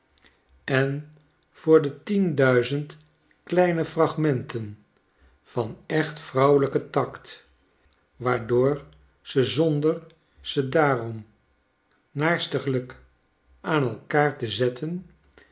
en voor de tienduizend kleine fragmenten van echt vrouwelijken tact waardoor ze zonder ze daarom naarstiglijk aan eikaar te zetten